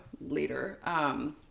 later